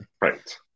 Right